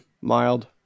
mild